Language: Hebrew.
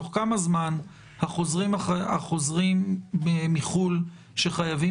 בתוך כמה זמן החוזרים מחו"ל שחייבים